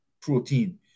protein